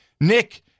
Nick